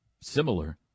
similar